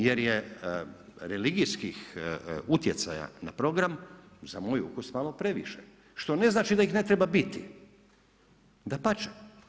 Jer je religijskih utjecaja na program za moj ukus malo previše što ne znači da ih ne treba biti, dapače.